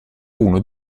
uno